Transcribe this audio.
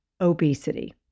obesity